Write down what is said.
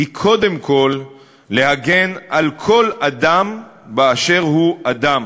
היא קודם כול להגן על כל אדם באשר הוא אדם.